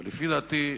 לפי דעתי,